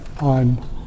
on